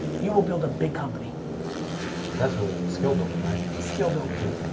you will build a big company that's really skill building, right? skill building. yeah.